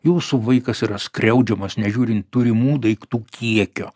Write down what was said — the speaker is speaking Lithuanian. jūsų vaikas yra skriaudžiamas nežiūrint turimų daiktų kiekio